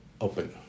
open